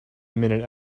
minute